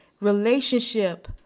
relationship